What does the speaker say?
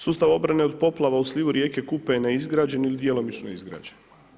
Sustav obrane od poplava u slivu rijeke Kupe je neizgrađen ili djelomično izgrađen.